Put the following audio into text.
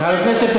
רבותי,